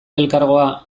elkargoa